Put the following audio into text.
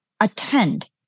attend